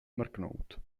mrknout